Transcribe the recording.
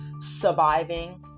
surviving